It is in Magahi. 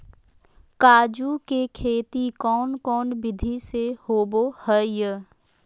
काजू के खेती कौन कौन विधि से होबो हय?